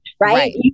Right